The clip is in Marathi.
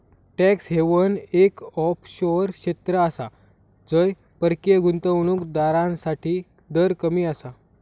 टॅक्स हेवन एक ऑफशोअर क्षेत्र आसा जय परकीय गुंतवणूक दारांसाठी दर कमी आसा